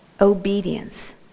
obedience